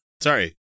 sorry